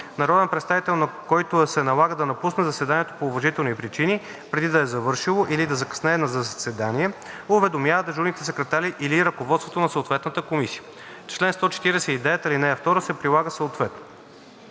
Народен представител, на който се налага да напусне заседанието по уважителни причини, преди да е завършило, или да закъснее за заседание, уведомява дежурните секретари или ръководството на съответната комисия. Член 149, ал. 2 се прилага съответно.